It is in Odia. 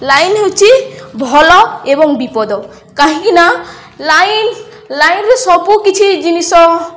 ଲାଇନ ହେଉଛି ଭଳ ଏବଂ ବିପଦ କାହିଁକିନା ଲାଇନ ଲାଇନ୍ରେ ସବୁକିଛି ଜିନିଷ